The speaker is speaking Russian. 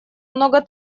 много